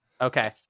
Okay